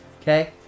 Okay